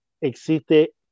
existe